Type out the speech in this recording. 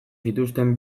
zituzten